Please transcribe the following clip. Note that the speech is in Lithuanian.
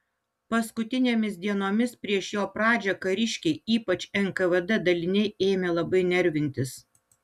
paskutinėmis dienomis prieš jo pradžią kariškiai ypač nkvd daliniai ėmė labai nervintis